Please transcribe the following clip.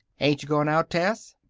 ain't you goin' out, tess?